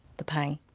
the pain.